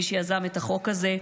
מי שיזם את החוק הזה,